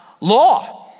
law